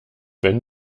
wenn